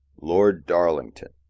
lord darlington.